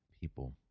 people